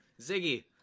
Ziggy